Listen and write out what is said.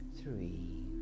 three